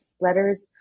Letters